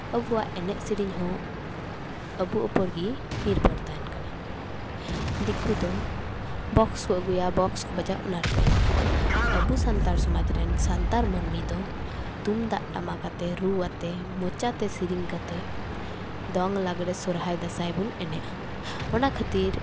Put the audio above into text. ᱟᱵᱚᱣᱟᱜ ᱮᱱᱮᱡ ᱥᱮᱨᱮᱧ ᱦᱚᱸ ᱟᱵᱚ ᱩᱯᱚᱨ ᱜᱮ ᱱᱤᱨᱵᱷᱚᱨ ᱛᱟᱦᱮᱱ ᱠᱟᱱᱟ ᱫᱤᱠᱩ ᱫᱚ ᱵᱚᱠᱥ ᱠᱚ ᱟᱹᱜᱩᱭᱟ ᱵᱚᱠᱥ ᱠᱚ ᱵᱟᱡᱟᱣᱟ ᱚᱱᱟ ᱨᱮᱠᱚ ᱮᱱᱮᱡᱟ ᱟᱵᱚ ᱥᱟᱱᱛᱟᱲᱟ ᱥᱚᱢᱟᱡᱽ ᱨᱮᱱ ᱥᱟᱱᱛᱟᱲ ᱢᱟᱹᱱᱢᱤ ᱫᱚ ᱛᱩᱢᱫᱟᱜ ᱴᱟᱢᱟᱠ ᱛᱮ ᱨᱩᱣᱟᱛᱮ ᱢᱚᱪᱟᱛᱮ ᱥᱮᱨᱮᱧ ᱠᱟᱛᱮᱜ ᱫᱚᱝ ᱞᱟᱜᱽᱲᱮ ᱥᱚᱨᱦᱟᱭ ᱫᱟᱸᱥᱟᱭ ᱵᱚᱱ ᱮᱱᱮᱡᱟ ᱚᱱᱟ ᱠᱷᱟᱹᱛᱤᱨ